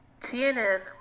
TNN